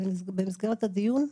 במסגרת הדיון?